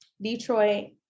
Detroit